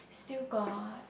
still got